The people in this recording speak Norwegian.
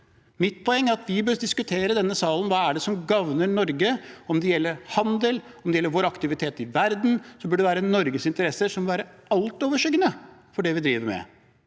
Mitt poeng er at vi bør diskutere i denne salen hva som gagner Norge. Enten det gjelder handel eller vår aktivitet i verden bør det være Norges interesser som er altoverskyggende for det vi driver med.